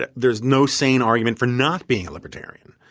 yeah there's no sane argument for not being libertarian.